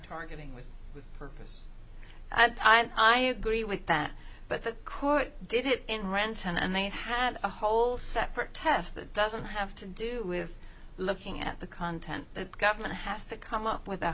targeting with purpose i agree with that but the court did it in renton and they had a whole separate test that doesn't have to do with looking at the content the government has to come up with a